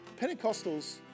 Pentecostals